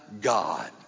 God